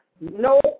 no